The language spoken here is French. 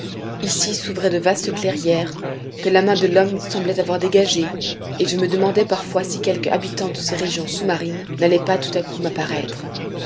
ici s'ouvraient de vastes clairières que la main de l'homme semblait avoir dégagées et je me demandais parfois si quelque habitant de ces régions sous-marines n'allait pas tout à coup m'apparaître